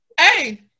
Hey